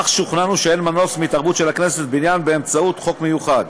אך שוכנענו שאין מנוס מהתערבות של הכנסת בעניין באמצעות חוק מיוחד,